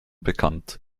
bekannt